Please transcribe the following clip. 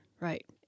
right